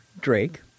Drake